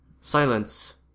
Silence